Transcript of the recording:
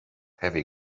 heavy